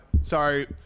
sorry